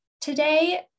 today